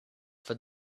for